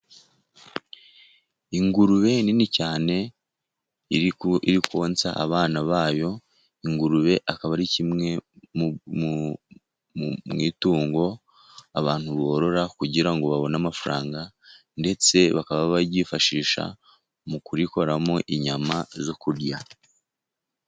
Ingurube nini cyane iri konsa abana bayo. Ingurube akaba ari kimwe mu itungo abantu borora kugira ngo babone amafaranga, ndetse bakaba baryifashisha mu kurikoramo inyama zo kurya.